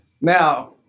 now